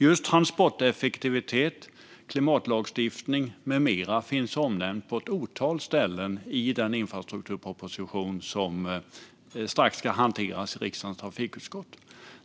Just transporteffektivitet, klimatlagstiftning med mera finns omnämnt på ett otal ställen i den infrastrukturproposition som strax ska hanteras i riksdagens trafikutskott.